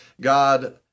God